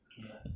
ya